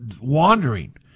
wandering